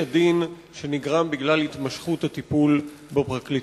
הדין שנגרם בגלל התמשכות הטיפול בפרקליטות.